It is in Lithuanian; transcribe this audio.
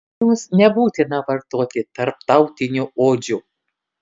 jums nebūtina vartoti tarptautinių odžių